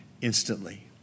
instantly